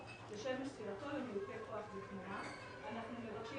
למיופה כוח בתמורה," אנחנו מבקשים